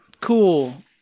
cool